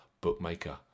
bookmaker